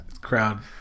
crowd